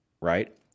right